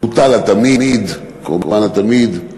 בוטל התמיד, קורבן התמיד,